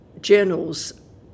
journals